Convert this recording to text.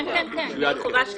כן, החובה קיימת.